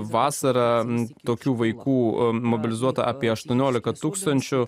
vasarą tokių vaikų mobilizuota apie aštuoniolika tūkstančių